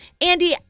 Andy